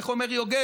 איך אומר יוגב?